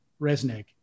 Resnick